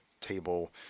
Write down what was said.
table